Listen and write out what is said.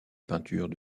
peintures